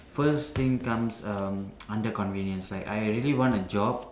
first thing comes um under convenience like I really want a job